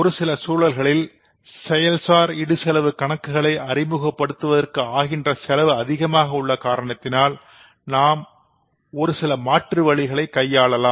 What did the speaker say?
ஒரு சில சூழல்களில் செயல்சார் இடுசெலவு கணக்குகளை அறிமுகப்படுத்துவதற்கு ஆகின்ற செலவு அதிகமாக உள்ள காரணத்தினால் நாம் ஒரு சில மாற்று வழிகளை கையாளலாம்